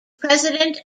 president